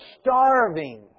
starving